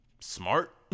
smart